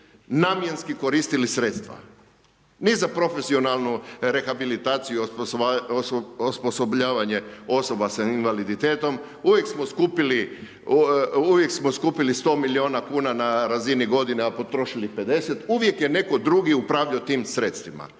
namjenski koristili sredstva, ni za profesionalnu rehabilitaciju i osposobljavanje osoba sa invaliditetom. Uvijek smo skupili 100 milijuna kuna na razini godine, a potrošili 50. Uvijek je netko drugi upravljao tim sredstvima.